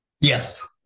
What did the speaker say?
yes